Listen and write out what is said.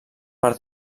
per